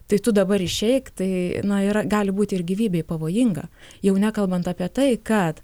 tai tu dabar išeik tai na yra gali būti ir gyvybei pavojinga jau nekalbant apie tai kad